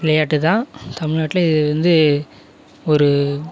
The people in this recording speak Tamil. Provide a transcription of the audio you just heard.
விளையாட்டுதான் தமிழ்நாட்டில் இது வந்து ஒரு